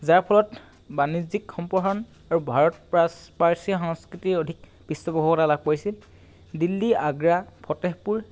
যাৰ ফলৰ বাণিজ্যিক সম্প্ৰসাৰণ আৰু ভাৰত প্ৰাচ্ প্ৰাচী সংস্কৃতিয়ে অধিক পৃষ্ঠপোষকতা লাভ কৰিছিল দিল্লী আগ্ৰা ফটেহপুৰ